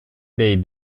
dei